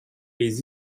les